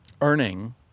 earning